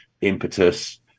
impetus